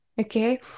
okay